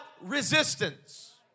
resistance